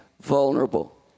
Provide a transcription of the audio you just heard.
vulnerable